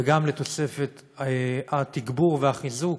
וגם לתוספת התגבור והחיזוק